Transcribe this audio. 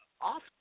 off –